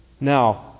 Now